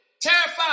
Terrified